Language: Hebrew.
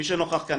מי שנוכח כאן,